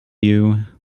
you